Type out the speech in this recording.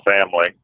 family